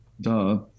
duh